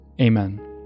amen